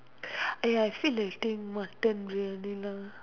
!aiya! I feel like eating mutton lah briyani